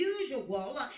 usual